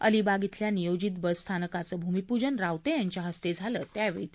अलिबाग अिल्या नियोजित बस स्थानकाचं भूमीपूजन रावत विंच्या हस्तव्विालं त्यावछी त